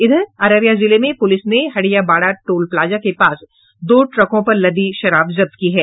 इधर अररिया जिले में पुलिस ने हड़ियाबाड़ा टोल प्लाजा के पास दो ट्रकों पर लदी शराब जब्त की है